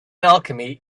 alchemy